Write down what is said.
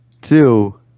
two